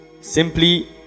Simply